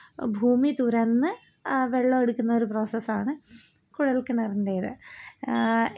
പുതിയ പുതിയ അറിവുകളാണ് അതു വഴി ലഭിക്കുന്നത് പിന്നെ അതുപോലെ ബിസിനസ്സ് സംബന്ധമായ വാർത്തകളാണെങ്കിൽ ഞാൻ ബിസിനസ്സ് തുടങ്ങാൻ ആഗ്രഹിക്കുന്ന ഒരാളാണ്